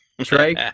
Trey